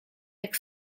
jak